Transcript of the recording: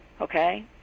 okay